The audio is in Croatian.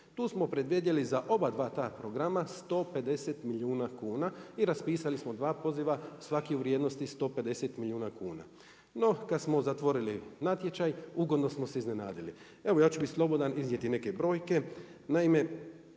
Tu smo predvidjeli za oba dva ta programa 150 milijuna kuna i raspisali smo dva poziva s svaki u vrijednosti 150 milijuna kuna. No, kad smo zatvorili natječaj ugodno smo se iznenadili. Evo ja ću biti slobodan iznijeti neke brojke.